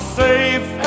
safe